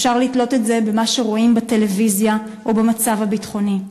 אפשר לתלות את זה במה שרואים בטלוויזיה או במצב הביטחוני,